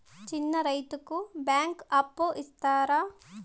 చిన్న రైతుకు బ్యాంకు అప్పు ఇస్తారా?